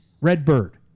Redbird